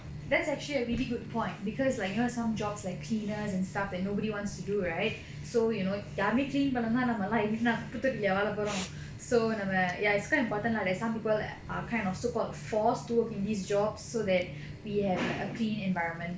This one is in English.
that's actually a really good point because like you know some jobs like cleaners and stuff that nobody wants to do right so you know யாருமே:yaarume clean பண்ணலேனா நம்ம எல்லாம் என்ன குப்பதொட்டிலையா வாழ போறோம்:pannalena namma ellam enna kuppathottilayaa vaazha porom so நம்ம:namma ya it's quite important lah that some people that are kind of so called forced to work in these jobs so that we have like a clean environment